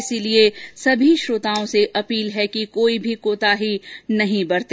इसलिए सभी श्रोताओं से अपील है कि कोई भी कोताही न बरते